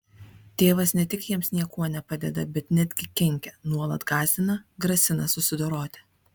tėvas ne tik jiems niekuo nepadeda bet netgi kenkia nuolat gąsdina grasina susidoroti